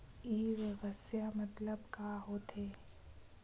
ई व्यवसाय मतलब का होथे?